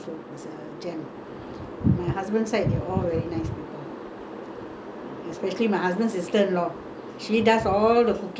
especially my husband sister-in-law she does all the cooking she don't give me any work to do because she's a housewife that's why can work